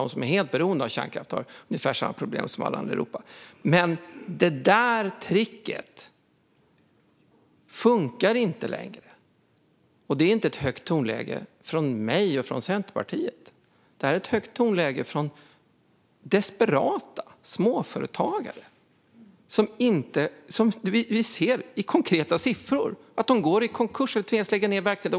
De som är helt beroende av kärnkraft har ungefär samma problem som alla andra i Europa. Men det där tricket funkar inte längre. Det är inte ett högt tonläge från mig och Centerpartiet; det höga tonläget kommer från desperata småföretagare. Vi ser i konkreta siffror att de går i konkurs eller tvingas lägga ned verksamheten.